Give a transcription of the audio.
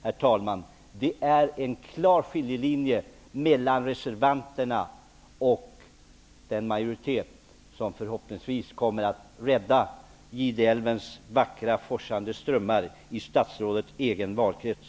Det finns en klar skiljelinje mellan reservanterna och den majoritet som inom kort förhoppningsvis kommer att rädda Gideälvens vackra forsande strömmmar i statsrådets egen valkrets.